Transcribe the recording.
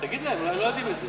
תגיד להם, אולי לא יודעים את זה.